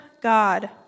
God